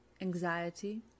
anxiety